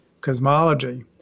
cosmology